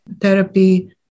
therapy